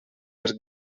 els